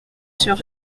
sur